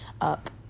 up